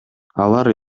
алар